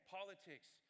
politics